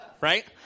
Right